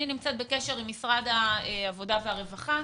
אני נמצאת בקשר עם משרד העבודה והרווחה.